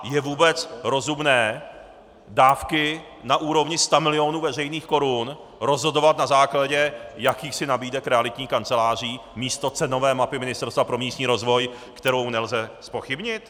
A je vůbec rozumné dávky na úrovni stamilionů veřejných korun rozhodovat na základě jakýchsi nabídek realitních kanceláří místo cenové mapy Ministerstva pro místní rozvoj, kterou nelze zpochybnit?